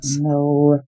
No